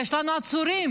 יש לנו עצורים